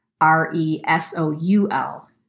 R-E-S-O-U-L